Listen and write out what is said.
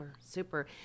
super